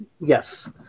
Yes